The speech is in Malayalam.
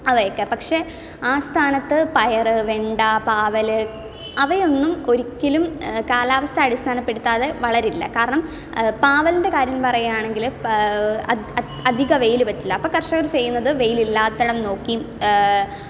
അവയൊക്കെ പക്ഷേ ആസ്ഥാനത്ത് പയർ വെണ്ട പാവൽ അവയൊന്നും ഒരിക്കലും കാലാവസ്ഥ അടിസ്ഥാനപ്പെടുത്താതെ വളരില്ല കാരണം പാവലിൻ്റെ കാര്യം പറയുകയാണെങ്കിൽ അധികം വെയിൽ പറ്റില്ല അപ്പോൾ കർഷകർ ചെയ്യുന്നത് വെയിൽ ഇല്ലാത്തിടം നോക്കി